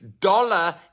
dollar